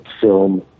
film